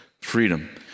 freedom